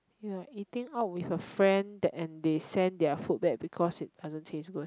you are eating out with a friend that and they send their food back because it doesn't taste good